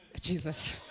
Jesus